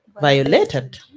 violated